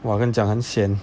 !wah! 跟你讲很 sian